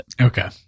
Okay